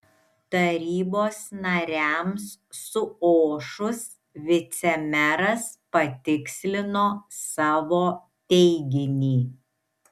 tarybos nariams suošus vicemeras patikslino savo teiginį